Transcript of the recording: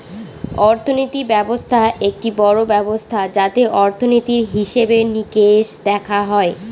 অর্থনীতি ব্যবস্থা একটি বড়ো ব্যবস্থা যাতে অর্থনীতির, হিসেবে নিকেশ দেখা হয়